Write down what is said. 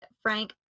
Frank